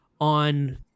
on